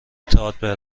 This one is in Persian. تئاتر